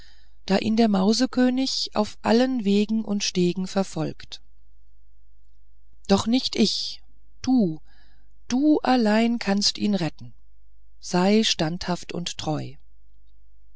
da ihn der mausekönig auf allen wegen und stegen verfolgt doch nicht ich du du allein kannst ihn retten sei standhaft und treu